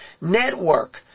network